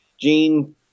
Gene